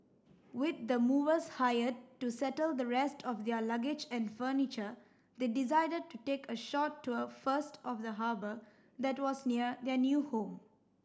with the movers hired to settle the rest of their luggage and furniture they decided to take a short tour first of the harbour that was near their new home